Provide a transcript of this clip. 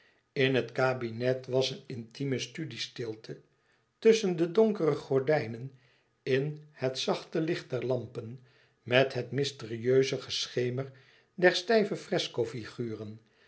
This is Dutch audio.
in het kabinet was een intieme studie stilte tusschen de donkere gordijnen in het zachte licht der lampen met het mysterieuze geschemer der stijve fresco figuren